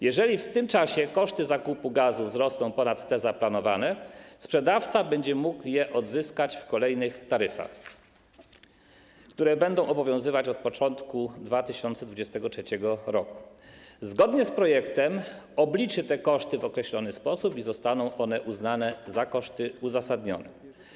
Jeżeli w tym czasie koszty zakupu gazu wzrosną ponad te zaplanowane, sprzedawca będzie mógł je odzyskać w kolejnych taryfach, które będą obowiązywać od początku 2023 r.; zgodnie z projektem obliczy te koszty w określony sposób i zostaną one uznane za koszty uzasadnione.